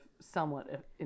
somewhat